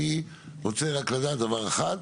אני רוצה רק לדעת דבר אחד,